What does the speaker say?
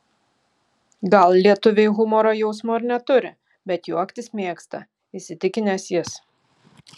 gal lietuviai humoro jausmo ir neturi bet juoktis mėgsta įsitikinęs jis